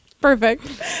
perfect